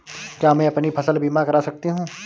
क्या मैं अपनी फसल बीमा करा सकती हूँ?